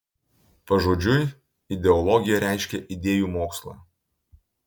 pažodžiui ideologija reiškia idėjų mokslą